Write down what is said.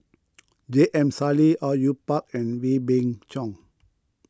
J M Sali Au Yue Pak and Wee Beng Chong